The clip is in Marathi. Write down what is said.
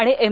आणि एम